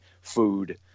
food